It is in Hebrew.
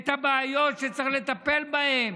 את הבעיות שצריך לטפל בהן.